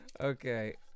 Okay